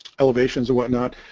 elevations and whatnot